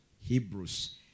Hebrews